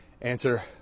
answer